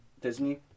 Disney